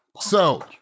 So-